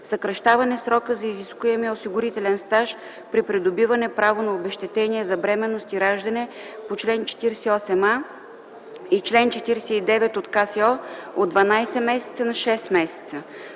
съкращаване срока за изискуемия осигурителен стаж при придобиване право на обезщетение за бременност и раждане по чл. 48а и чл. 49 от Кодекса за социално